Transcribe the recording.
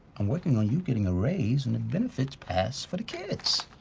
i'm working on you getting a raise and a benefits pass for the kids!